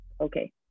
okay